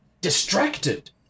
distracted